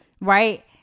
right